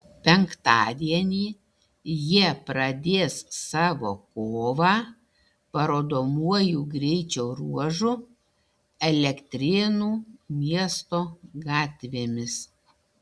penktadienį jie pradės savo kovą parodomuoju greičio ruožu elektrėnų miesto gatvėmis